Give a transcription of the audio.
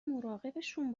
مراقبشون